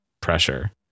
pressure